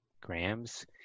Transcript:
grams